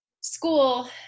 school